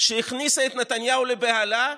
שהכניסה את נתניהו לבהלה,